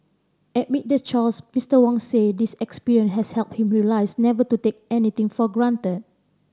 amid the chaos Mister Wong said this experience has helped him realise never to take anything for granted